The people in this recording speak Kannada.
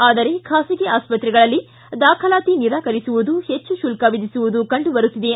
ಆದರೆ ಖಾಸಗಿ ಆಸ್ವತ್ರೆಗಳಲ್ಲಿ ದಾಖಲಾತಿ ನಿರಾಕರಿಸುವುದು ಹೆಚ್ಚು ಶುಲ್ಕ ವಿಧಿಸುವುದು ಕಂಡುಬರುತ್ತಿದೆ